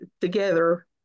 together